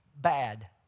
bad